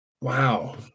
wow